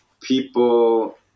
people